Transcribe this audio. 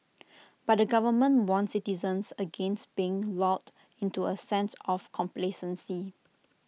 but the government warned citizens against being lulled into A sense of complacency